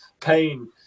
pain